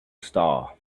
star